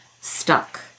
stuck